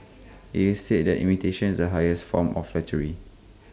IT is said that imitation is the highest form of flattery